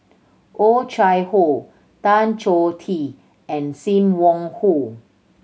Oh Chai Hoo Tan Choh Tee and Sim Wong Hoo